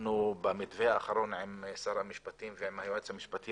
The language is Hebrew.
במתווה האחרון עם שר המשפטים ועם היועץ המשפטי